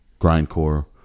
Grindcore